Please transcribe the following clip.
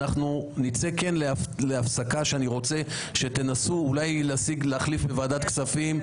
ונצא להפסקה כדי שתנסו אולי להחליף בוועדת הכספים.